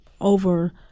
over